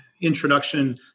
introduction